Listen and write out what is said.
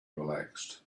relaxed